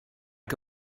què